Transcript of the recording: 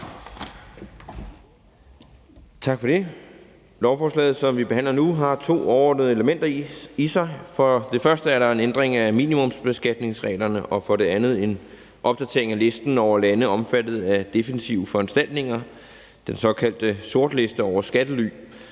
Tak for det. Lovforslaget, som vi behandler nu, har to overordnede elementer i sig. For det første er der en ændring af minimumsbeskatningsreglerne, og for det andet er der en opdatering af listen over lande omfattet af defensive foranstaltninger, nemlig den såkaldte sortliste over skattely,